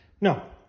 No